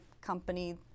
company